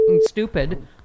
stupid